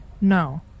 no